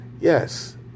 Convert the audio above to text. Yes